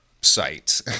site